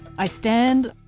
i stand.